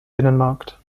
binnenmarkt